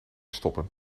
stoppen